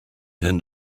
then